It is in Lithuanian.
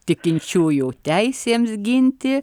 tikinčiųjų teisėms ginti